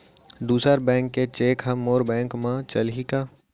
दूसर बैंक के चेक ह मोर बैंक म चलही का?